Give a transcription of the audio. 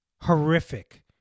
horrific